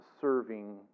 serving